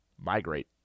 migrate